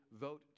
vote